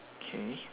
okay